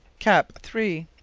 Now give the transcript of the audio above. cap. three.